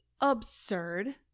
absurd